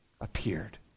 Appeared